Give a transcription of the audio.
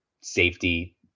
safety